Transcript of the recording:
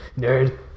Nerd